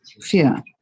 fear